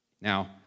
Now